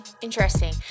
Interesting